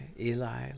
Eli